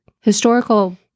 historical